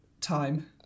time